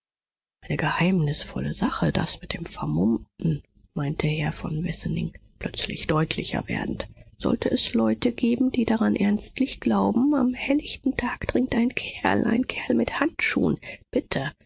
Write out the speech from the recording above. eine geheimnisvolle sache das mit dem vermummten meinte herr von wessenig plötzlich deutlicher werdend sollte es leute geben die daran ernstlich glauben am hellichten tag dringt ein kerl ein kerl mit handschuhen bitte